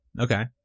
Okay